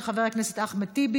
של חבר הכנסת אחמד טיבי.